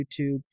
YouTube